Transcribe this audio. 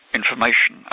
information